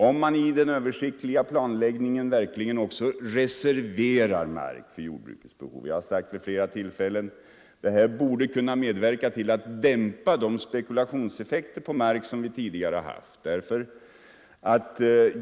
Om man i den översiktliga planläggningen — det har jag sagt vid flera tillfällen — verkligen reserverar mark för jordbrukets behov, borde det kunna medverka till att dämpa de spekulationseffekter på mark som vi tidigare haft.